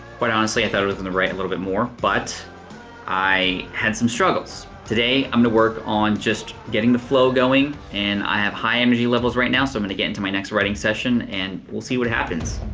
honestly, i thought i was gonna write a little bit more, but i had some struggles. today i'm gonna work on just getting the flow going, and i have high energy levels right now, so i'm gonna get into my next writing session and we'll see what happens.